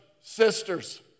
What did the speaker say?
sisters